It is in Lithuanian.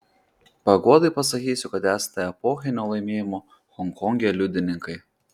paguodai pasakysiu kad esate epochinio laimėjimo honkonge liudininkai